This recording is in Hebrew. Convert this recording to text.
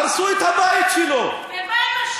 הרסו את הבית שלו, ומה עם השוטר?